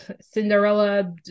Cinderella